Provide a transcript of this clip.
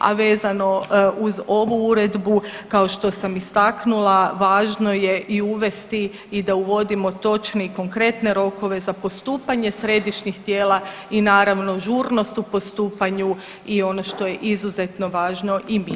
A vezano uz ovu uredbu kao što sam istaknula važno je i uvesti i da uvodimo točne i konkretne rokove za postupanje središnjih tijela i naravno žurnost u postupanju i ono što je izuzetno važno i mišljenje djece.